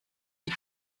die